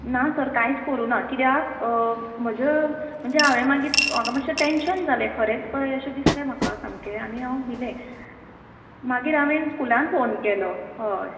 ना सर कांयच करुना किद्याक म्हजे म्हणजे हांवें मागीर म्हाका मात्शें टॅन्शन जालें खरेंच कशें अशें दिसलें म्हाका सामकें आनी हांव भिलें मागीर हांवेन स्कुलान फोन केलो हय